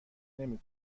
نمی